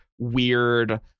weird